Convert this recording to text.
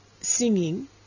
singing